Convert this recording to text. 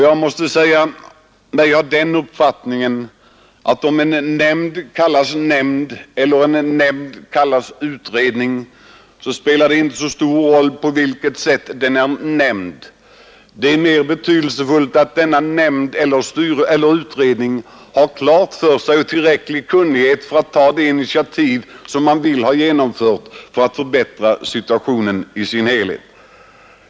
Jag har den uppfattningen att om en nämnd kallas nämnd eller utredning spelar inte så stor roll. Mera betydelsefullt är att denna nämnd eller utredning har tillräcklig kunnighet för att ta de initiativ man vill ha genomförda för att förbättra situationen i sin helhet.